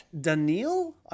Daniil